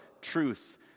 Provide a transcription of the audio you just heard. truth